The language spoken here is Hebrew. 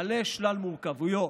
מעלה שלל מורכבויות,